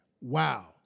wow